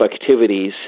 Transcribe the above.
activities